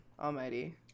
almighty